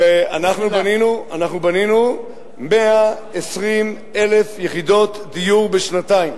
ואנחנו בנינו 120,000 יחידות דיור בשנתיים: